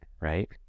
right